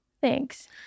Thanks